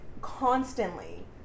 constantly